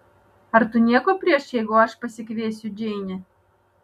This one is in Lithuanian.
ar tu nieko prieš jeigu aš pasikviesiu džeinę